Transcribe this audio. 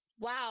wow